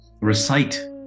Recite